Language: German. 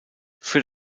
für